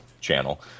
channel